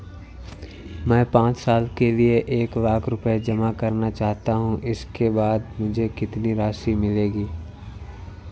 मैं पाँच साल के लिए एक लाख रूपए जमा करना चाहता हूँ इसके बाद मुझे कितनी राशि मिलेगी?